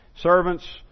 Servants